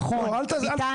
נכון, ניתן.